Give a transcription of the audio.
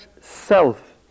self